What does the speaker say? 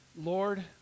Lord